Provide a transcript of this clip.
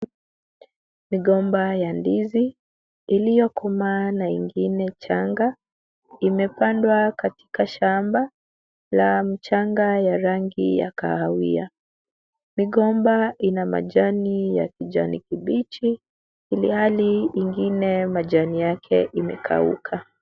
Migomba ya ndizi, iliyokomaa na ingine changa, imepandwa katika shamba la mchanga ya rangi ya kahawia. Migomba ina majani ya kijani kibichi, ilhali ingine majani yake imekauka.